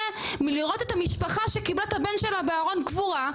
מלראות את המשפחה שקיבלה את הבן שלה בארון קבורה,